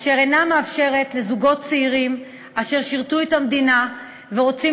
אשר אינה מאפשרת לזוגות צעירים אשר שירתו את המדינה ורוצים